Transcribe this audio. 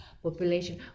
Population